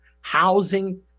housing